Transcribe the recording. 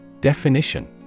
Definition